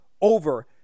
over